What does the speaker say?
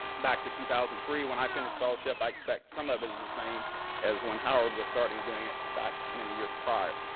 back to two thousand and three, when i finished fellowship. i expect some of it is the same as when howard was started doing it back many years prior.